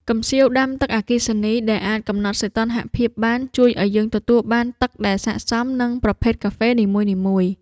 កំសៀវដាំទឹកអគ្គិសនីដែលអាចកំណត់សីតុណ្ហភាពបាន ជួយឱ្យយើងទទួលបានទឹកដែលស័ក្តិសមនឹងប្រភេទកាហ្វេនីមួយៗ។